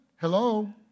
Hello